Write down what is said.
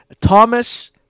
Thomas